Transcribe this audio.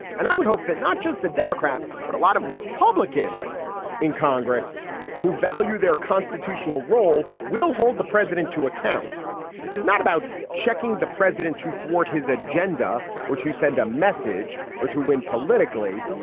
and i would hope that not just the democrats, but a lot of republicans in congress who value their constitutional role will hold the president to account. this is not about checking the president to thwart his agenda or to send a message or to win politically.